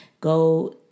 go